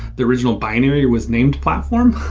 the original binary was named platform,